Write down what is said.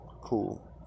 cool